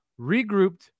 regrouped